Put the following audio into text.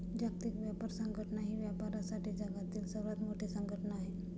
जागतिक व्यापार संघटना ही व्यापारासाठी जगातील सर्वात मोठी संघटना आहे